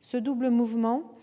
Ce double mouvement